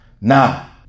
Now